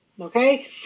Okay